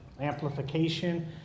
amplification